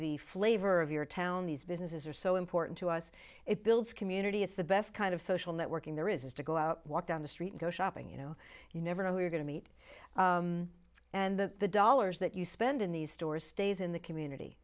the flavor of your town these businesses are so important to us it builds community if the best kind of social networking there is is to go out walk down the street go shopping you know you never know who you're going to meet and that the dollars that you spend in these store stays in the community